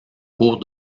cours